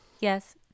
Yes